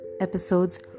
episodes